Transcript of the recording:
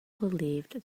believed